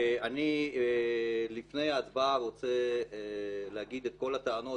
אני לפני ההצבעה רוצה להגיד את כל הטענות